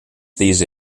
these